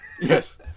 Yes